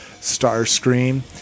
Starscream